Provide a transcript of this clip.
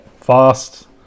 fast